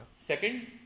Second